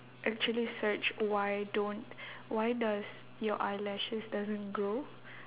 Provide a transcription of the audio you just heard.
actually searched why don't why does your eyelashes doesn't grow